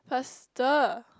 faster